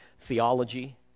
theology